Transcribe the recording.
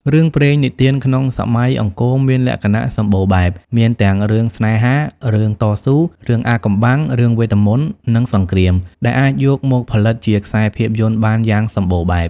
រឿងព្រេងនិទានក្នុងសម័យអង្គរមានលក្ខណៈសម្បូរបែប មានទាំងរឿងស្នេហា រឿងតស៊ូ រឿងអាថ៌កំបាំង រឿងវេទមន្ត និងសង្រ្គាម ដែលអាចយកមកផលិតជាខ្សែភាពយន្តបានយ៉ាងសម្បូរបែប។